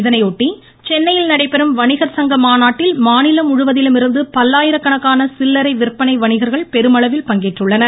இதையொட்டி சென்னையில் நடைபெறும் வணிகர் சங்க மாநாட்டில் மாநிலம் முழுவதிலுமிருந்து பல்லாயிரக்கணக்கான சில்லறை விற்பனை வணிகர்கள் பெருமளவில் பங்கேற்றுள்ளனர்